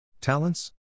Talents